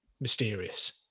mysterious